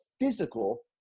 physical